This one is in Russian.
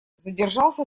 задержался